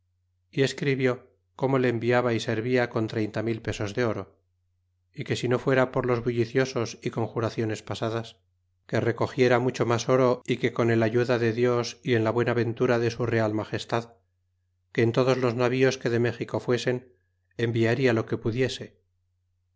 y es cribió como le enviaba y servia con treinta mil pesos de oro y que si no fuera por los bulliciosos y conjuraciones pasadas que recogiera mucho mas oro y que con el ayuda dé dios y en la buena ventura de su real magestad que en todos los navíos que de méxico fuesen en viaria lo que pudiese